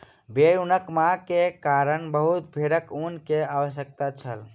भेड़ ऊनक मांग के कारण बहुत भेड़क ऊन के आवश्यकता छल